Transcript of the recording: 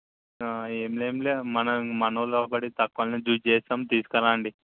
ఏంలేంలే మనం మనోళ్ళు కాబట్టి తక్కువనే చూసి చేస్తాం తీసుకురాండి